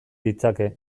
ditzake